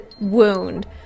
wound